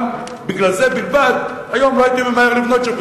גם, בגלל זה בלבד, היום לא הייתי ממהר לבנות שם.